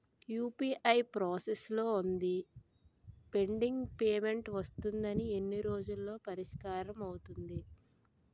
UPI process లో వుందిపెండింగ్ payment వస్తుంది ఎన్ని రోజుల్లో పరిష్కారం అవుతుంది